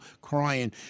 crying